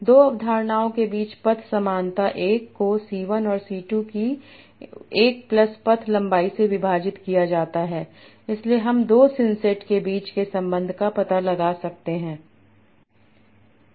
दो अवधारणाओं के बीच पथ समानता 1 को c 1 और c 2 की 1 प्लस पथ लंबाई से विभाजित किया जाता है इसलिए हम दो सिंसेट के बीच के संबंध का पता लगा सकते हैं